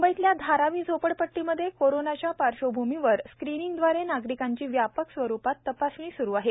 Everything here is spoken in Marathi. मुंबईतल्या धारावी झोपडपट्टीमध्ये कोरोनाच्या पार्श्वभूमीवर स्क्रीनिग्दद्वारे नागरिकाब्री व्यापक स्वरूपात तपासणी सूरू आहे